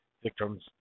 victims